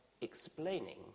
explaining